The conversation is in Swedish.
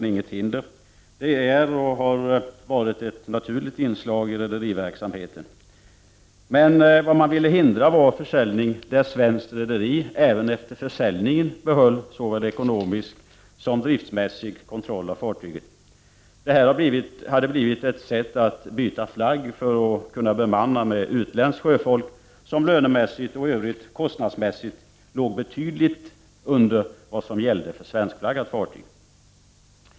inget hinder. Det är och har varit ett naturligt inslag i rederiverksamheten. Men vad man ville hindra var försäljning där svenskt rederi även efter försäljningen behöll såväl ekonomisk som driftmässig kontroll av fartyget. Detta hade blivit ett sätt att byta flagg för att kunna bemanna med utländskt sjöfolk, vilket lönemässigt och i övrigt kostnadsmässigt låg betydligt under vad som gällde på svenskflaggat fartyg.